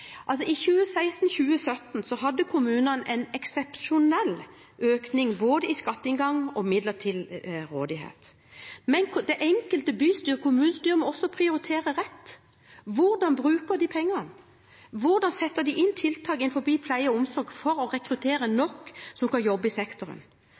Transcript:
I 2016–2017 hadde kommunene en eksepsjonell økning av både skatteinngangen og midlene som var til rådighet. Men det enkelte bystyre eller kommunestyre må også prioritere rett. Hvordan bruker de pengene? Hvordan setter de inn tiltak innenfor pleie og omsorg for å rekruttere